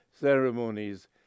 ceremonies